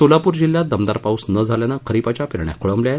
सोलापूर जिल्ह्यात दमदार पाऊस न झाल्यानं खरीपाच्या पेरण्या खोळंबल्या आहेत